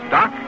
Doc